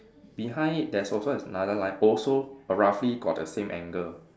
behind it there's also another line also roughly got the same angle